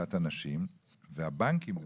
העסקת אנשים, בבנקים למשל,